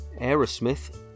Aerosmith